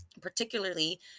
particularly